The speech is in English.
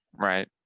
right